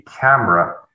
camera